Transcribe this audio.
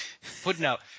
footnote